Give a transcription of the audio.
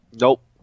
Nope